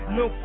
no